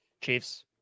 Chiefs